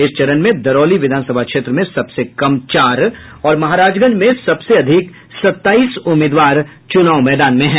इस चरण में दरौली विधानसभा क्षेत्र में सबसे कम चार और महाराजगंज में सबसे अधिक सत्ताईस उम्मीदवार चुनाव मैदान में हैं